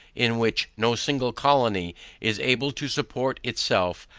in which, no single colony is able to support itself,